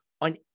on